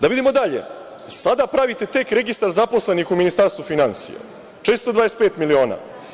Da vidimo dalje, sada tek pravite registar zaposlenih u Ministarstvu finansija, 425 miliona.